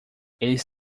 eles